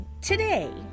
Today